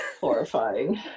horrifying